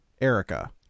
Erica